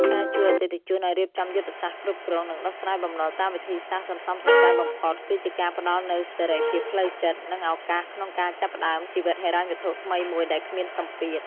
ការជួយអតិថិជនឱ្យរៀបចំយុទ្ធសាស្ត្រគ្រប់គ្រង និងដោះស្រាយបំណុលតាមវិធីសាស្ត្រសន្សំសំចៃបំផុត គឺជាការផ្ដល់នូវសេរីភាពផ្លូវចិត្ត និងឱកាសក្នុងការចាប់ផ្ដើមជីវិតហិរញ្ញវត្ថុថ្មីមួយដែលគ្មានសម្ពាធ។